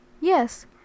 yes